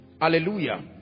hallelujah